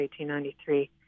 1893